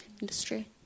industry